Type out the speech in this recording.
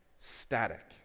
static